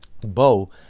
bow